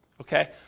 okay